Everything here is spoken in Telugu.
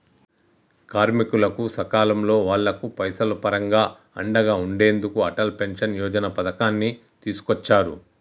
కార్మికులకు సకాలంలో వాళ్లకు పైసలు పరంగా అండగా ఉండెందుకు అటల్ పెన్షన్ యోజన పథకాన్ని తీసుకొచ్చారు